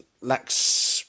lacks